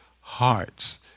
hearts